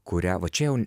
kurią va čia jau